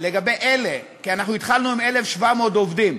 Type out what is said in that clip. לגבי אלה, כי התחלנו עם 1,700 עובדים.